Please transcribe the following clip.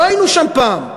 לא היינו שם פעם,